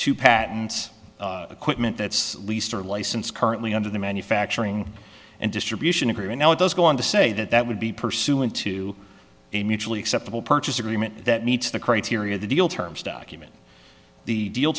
to patents equipment that's least our license currently under the manufacturing and distribution agreement now it does go on to say that that would be pursuant to a mutually acceptable purchase agreement that meets the criteria of the deal terms document the deal